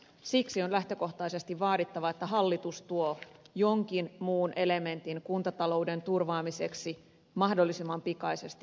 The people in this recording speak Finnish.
siksi on lähtökohtaisesti vaadittava että hallitus tuo jonkin muun elementin kuntatalouden turvaamiseksi mahdollisimman pikaisesti